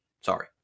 Sorry